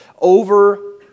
over